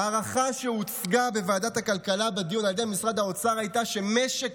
ההערכה שהוצגה בוועדת הכלכלה בדיון על ידי משרד האוצר הייתה שמשק